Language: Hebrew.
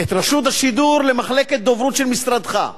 את רשות השידור, למחלקת דוברות של משרדך.